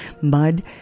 mud